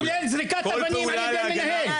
כולל זריקת אבנים על ידי מנהל.